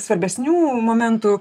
svarbesnių momentų